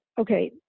okay